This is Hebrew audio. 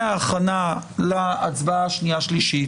במסגרת דיוני ההכנה להצבעה השנייה והשלישית,